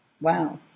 Wow